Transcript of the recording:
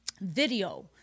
video